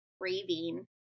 craving